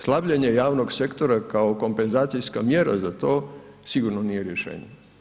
Slabljenje javnog sektora kao kompenzacijska mjera za to, sigurno nije rješenje.